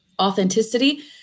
authenticity